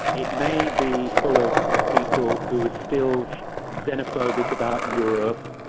it may be full of people who are still xenophobic about europe,